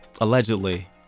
Allegedly